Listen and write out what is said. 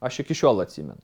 aš iki šiol atsimenu